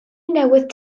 newydd